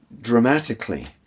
dramatically